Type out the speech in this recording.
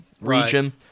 region